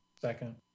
Second